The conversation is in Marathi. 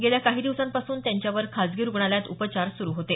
गेल्या काही दिवसांपासून त्यांच्यावर खासगी रुग्णालयात उपचार सुरू होते